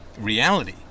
reality